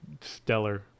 stellar